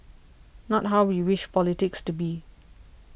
not how we wish politics to be